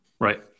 Right